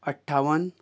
अठ्ठावन